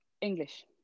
English